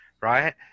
right